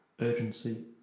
urgency